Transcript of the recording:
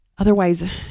Otherwise